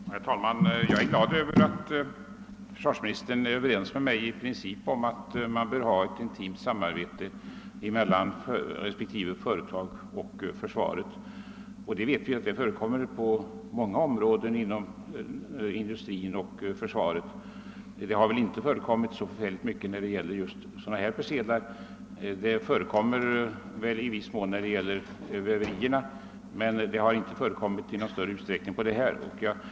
Herr talman! Jag är glad över att försvarsministern i princip är överens med mig om att det bör bedrivas ett intimt samarbete mellan respektive TEKO-företag och försvaret — vi vet att det förekommer ett sådant samarbete på många områden inom industrin och försvaret. Det har väl inte tidigare förekommit så mycket samarbete när det gäller just sådana produkter som det här är fråga om. Det sker i viss mån ett samarbete mellan försvaret och väverierna men inte i någon större utsträckning beträffande de produkter som nu nämnts.